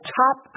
top